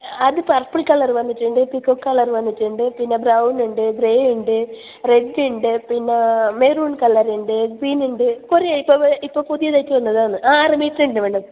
അത് purple colour വന്നിട്ടുണ്ട് peacock colour വന്നിട്ടുണ്ട് പിന്നെ ബ്രൗണ് ഉണ്ട് ഗ്രേ ഉണ്ട് റെഡ് ഉണ്ട് പിന്നെ മെറൂൺ കളർ ഉണ്ട് ഗ്രീൻ ഉണ്ട് കുറേ ഇപ്പം പുതിയതായിട്ട് വന്നതാന്ന് ആറ് മീറ്റർ ഉണ്ട് മാഡം